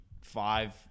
five